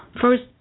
first